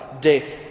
death